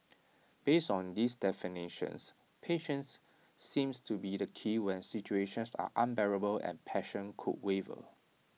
based on these definitions patience seems to be key when situations are unbearable and passion could waver